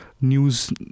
news